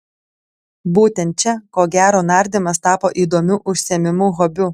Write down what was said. būtent čia ko gero nardymas tapo įdomiu užsiėmimu hobiu